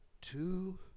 two